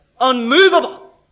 Unmovable